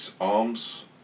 arms